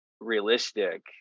realistic